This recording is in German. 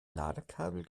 ladekabel